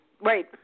Right